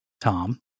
Tom